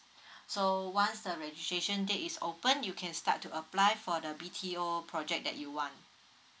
so once the registration date is open you can start to apply for the B_T_O project that you want